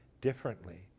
differently